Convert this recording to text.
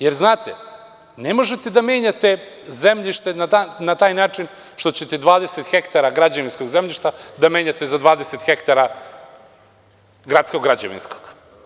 Jer, znate, ne možete da menjate zemljište na taj način što ćete 20 hektara građevinskog zemljišta da menjate za 20 hektara gradskog građevinskog.